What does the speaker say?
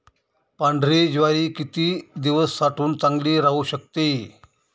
पांढरी ज्वारी किती दिवस साठवून चांगली राहू शकते?